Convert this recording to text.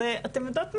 אז אתן יודעות מה?